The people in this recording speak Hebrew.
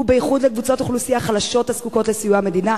בייחוד לקבוצות אוכלוסייה חלשות הזקוקות לסיוע המדינה,